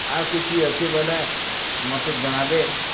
ଆର୍ କିଛି ଅଛି ବୋଇଲେଁ ମତେ ଜଣାବେ